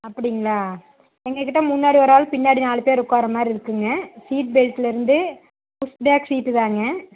அப்படிங்களா எங்கள் கிட்டே முன்னாடி ஒரு ஆள் பின்னாடி நாலுப்பேர் உட்கார மாதிரி இருக்குதுங்க சீட் பெல்ட்டுலேருந்து புஷ் பேக் சீட்டு தாங்க